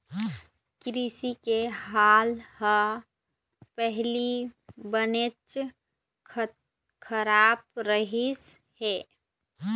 कृषि के हाल ह पहिली बनेच खराब रहिस हे